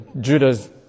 Judas